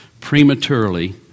prematurely